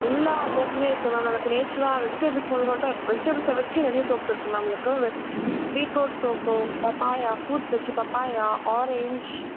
எல்லா சோப்புமே இருக்குது மேம் நமக்கு நேச்சுரலாக வெஜிடபிள்ஸ் மொதற்கொண்டே வெஜிடபிள்ஸ்ஸை வச்சு நெறைய சோப்ஸ் இருக்குது மேம் உங்களுக்கு பீட்ருட் சோப்பு பப்பாயா ஃப்ரூட்ஸ் வச்சு பப்பாயா ஆரேஞ்ச்